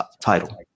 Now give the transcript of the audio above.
title